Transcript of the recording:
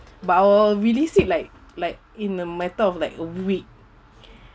but I'll released it like like in a matter of like a week